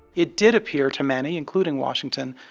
it did appear to many, including washington,